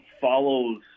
follows